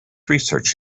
research